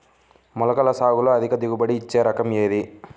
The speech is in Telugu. మొలకల సాగులో అధిక దిగుబడి ఇచ్చే రకం ఏది?